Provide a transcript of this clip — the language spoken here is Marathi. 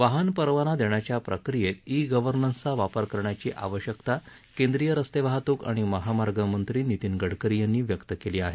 वाहन परवाना देण्याच्या प्रक्रियेत ई गव्हर्नन्सचा वापर करण्याची आवश्यकता केंद्रीय रस्ते वाहतूक आणि महामार्ग मंत्री नितीन गडकरी यांनी व्यक्त केली आहे